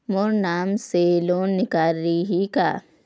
मोर नाम से लोन निकारिही का?